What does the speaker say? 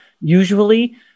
usually